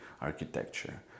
architecture